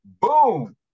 Boom